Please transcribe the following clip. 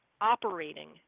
operating